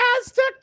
Aztec